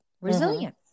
resilient